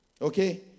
Okay